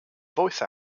voice